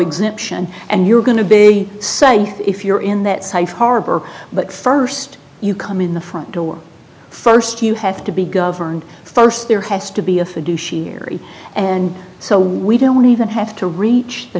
exemption and you're going to be saying if you're in that site harbor but first you come in the front door first you have to be governed first there has to be a fiduciary and so we don't even have to reach the